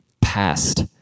past